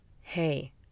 hey